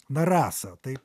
na rasa tai